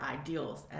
ideals